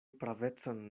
pravecon